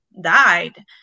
died